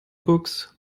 books